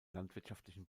landwirtschaftlichen